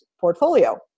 portfolio